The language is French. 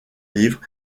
livres